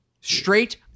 Straight